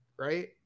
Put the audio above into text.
right